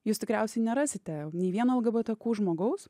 jūs tikriausiai nerasite nei vieno lgbtq žmogaus